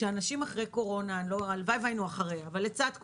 שאנשים אחרי קורונה הלוואי והיינו אחרי לצד קורונה,